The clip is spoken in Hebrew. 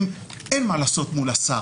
שאין להן מה לעשות מול השר.